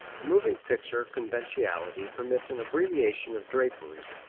the moving picture conventionality permits an abbreviation of drapery.